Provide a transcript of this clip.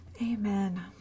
amen